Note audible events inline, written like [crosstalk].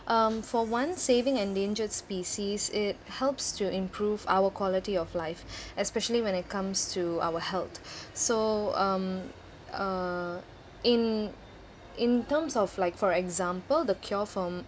um for one saving endangered species it helps to improve our quality of life [breath] especially when it comes to our health so um uh in in terms of like for example the cure from